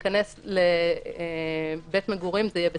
להיכנס לבית מגורים זה יהיה בצו שיפוטי.